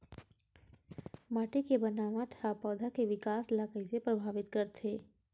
माटी के बनावट हा पौधा के विकास ला कइसे प्रभावित करथे?